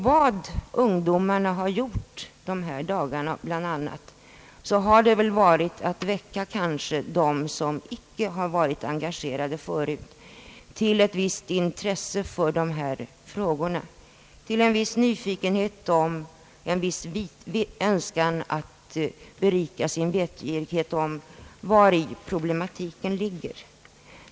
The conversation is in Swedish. Vad ungdomen under de här dagarna bl.a. gjort har väl varit att väcka dem som icke har varit engagerade förut till ett visst intresse för dessa frågor, till en viss nyfikenhet, en viss önskan att öka sitt vetande om vari problematiken ligger.